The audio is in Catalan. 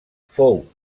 fou